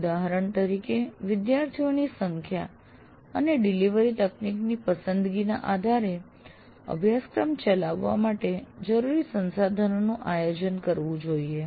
ઉદાહરણ તરીકે વિદ્યાર્થીઓની સંખ્યા અને ડિલિવરી તકનીકની પસંદગીના આધારે અભ્યાસક્રમ ચલાવવા માટે જરૂરી સંસાધનોનું આયોજન કરવું જોઈએ